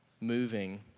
moving